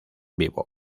vivo